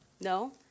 No